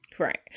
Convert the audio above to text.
Right